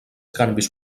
canvis